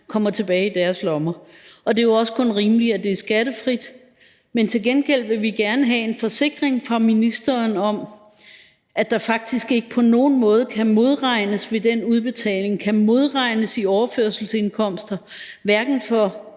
kommer tilbage i deres lommer, og det er jo også kun rimeligt, at det er skattefrit. Men til gengæld vil vi gerne have en forsikring fra ministeren om, at der faktisk ikke på nogen måde ved den udbetaling kan modregnes i overførselsindkomster, hverken for